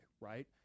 Right